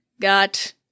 got